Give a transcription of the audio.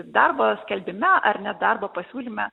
darbo skelbime ar net darbo pasiūlyme